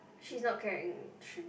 she is not carrying shoes